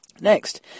Next